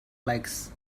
legs